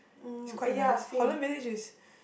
it's quite nice Holland-Village is